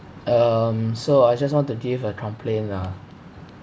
um so I just want to give a complain lah